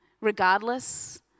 regardless